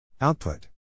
Output